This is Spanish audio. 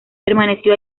permaneció